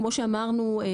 כמו שאמרנו,